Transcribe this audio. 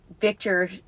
Victor